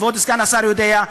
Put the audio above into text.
כבוד סגן השר יודע,